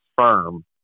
firm